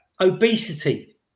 obesity